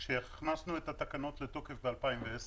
כשהכנסנו את התקנות לתוקף ב-2010